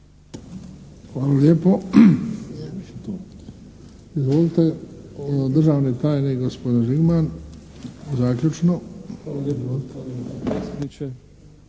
Hvala lijepo. Izvolite, državni tajnik, gospodin Žigman. Zaključno. **Žigman,